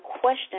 question